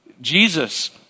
Jesus